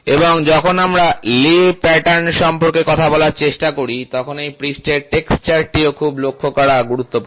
এবং যখন আমরা লে প্যাটার্ন সম্পর্কে কথা বলার চেষ্টা করি তখন এই পৃষ্ঠের টেক্সচারটি ও লক্ষ করা খুব গুরুত্বপূর্ণ